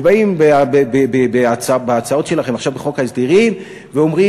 ובאים בהצעות שלכם עכשיו בחוק ההסדרים ואומרים,